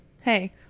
Hey